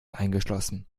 eingeschlossen